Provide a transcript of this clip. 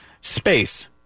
Space